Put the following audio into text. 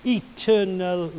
eternal